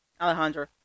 alejandro